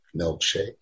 milkshake